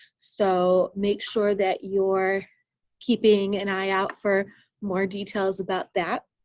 so make sure that you're keeping an eye out for more details about that.